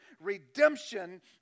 redemption